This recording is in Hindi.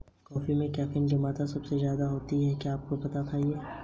बलुई मिट्टी में कौन कौन सी फसल होती हैं?